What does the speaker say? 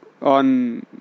on